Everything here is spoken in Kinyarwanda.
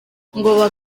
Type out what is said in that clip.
ngo